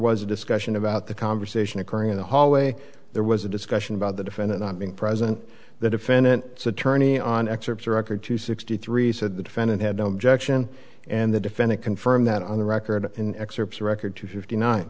was a discussion about the conversation occurring in the hallway there was a discussion about the defendant not being present the defendant attorney on excerpts the record two sixty three said the defendant had no objection and the defendant confirmed that on the record in excerpts of record two fifty nine